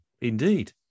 indeed